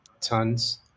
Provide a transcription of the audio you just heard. tons